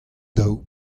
daou